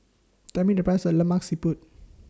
Tell Me The Price of Lemak Siput